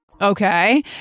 Okay